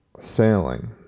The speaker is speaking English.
Sailing